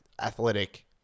athletic